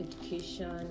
education